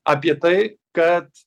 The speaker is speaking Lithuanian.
apie tai kad